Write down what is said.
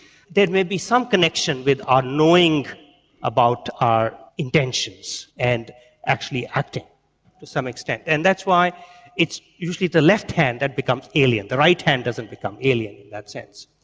there may be some connection with our knowing about our intentions and actually acting to some extent. and that's why it's usually the left hand that becomes alien, the right hand doesn't become alien in that sense.